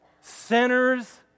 sinners